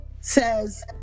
Says